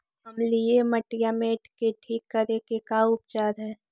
अमलिय मटियामेट के ठिक करे के का उपचार है?